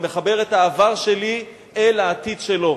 אני מחבר את העבר שלי אל העתיד שלו.